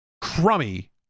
crummy